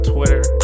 Twitter